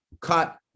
cut